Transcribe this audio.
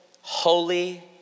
holy